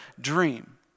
dream